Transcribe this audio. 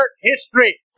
history